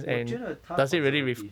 我觉得他 conservative